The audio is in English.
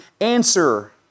answer